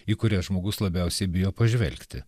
į kurias žmogus labiausiai bijo pažvelgti